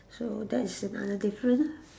so that is another different